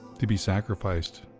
to be sacrificed